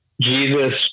Jesus